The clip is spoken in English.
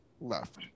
left